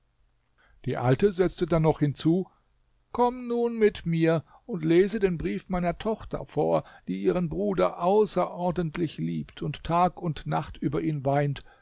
die alte setzte dann noch hinzu komm nun mit mir und lese den brief meiner tochter vor die ihren bruder außerordentlich liebt und tag und nacht über ihn weint